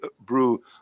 brew